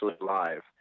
live